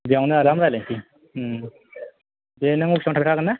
बेयावनो आराम रायलायसै दे नों अफिसावनो थाखागोनना